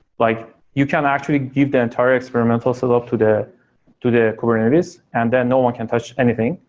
like you can actually give the entire experimental setup to the to the kubernetes and then no one can touch anything,